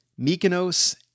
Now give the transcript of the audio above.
Mykonos